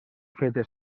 fetes